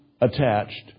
attached